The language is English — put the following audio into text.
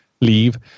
leave